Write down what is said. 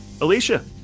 Alicia